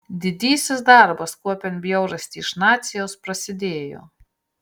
didysis darbas kuopiant bjaurastį iš nacijos prasidėjo